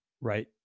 Right